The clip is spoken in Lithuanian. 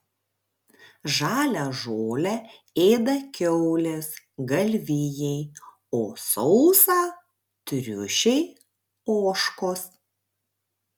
žalią žolę ėda kiaulės galvijai o sausą triušiai ožkos